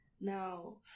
Now